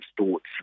thoughts